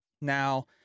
Now